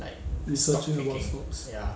researching about stocks